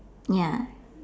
ya